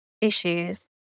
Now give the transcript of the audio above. issues